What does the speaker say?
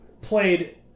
played